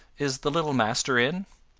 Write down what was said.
is the little master in?